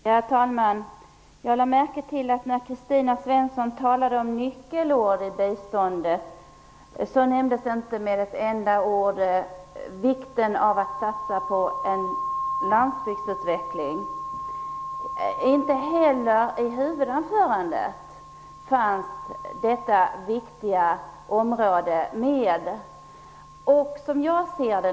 Herr talman! Jag lade märke till att när Kristina Svensson talade om nyckelord i biståndet, nämnde hon inte med ett enda ord vikten av att satsa på en landsbygdsutveckling. Inte heller i huvudanförandet fanns detta viktiga område med.